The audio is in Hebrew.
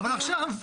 אבל עכשיו?